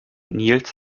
nils